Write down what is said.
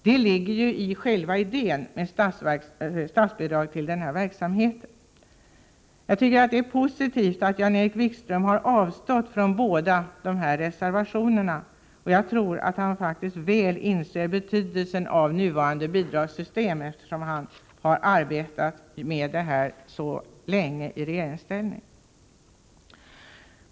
Det ligger ju i idén med statsbidrag till denna verksamhet. Det är positivt att Jan-Erik Wikström har avstått från båda dessa reservationer. Jag tror att han faktiskt väl inser betydelsen av nuvarande bidragssystem, eftersom han har arbetat med detta så länge i regeringsställning.